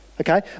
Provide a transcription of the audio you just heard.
Okay